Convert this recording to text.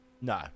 no